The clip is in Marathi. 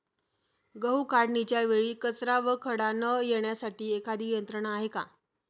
गहू काढणीच्या वेळी कचरा व खडा न येण्यासाठी एखादी यंत्रणा आहे का?